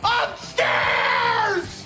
upstairs